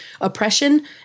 oppression